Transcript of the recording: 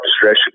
distress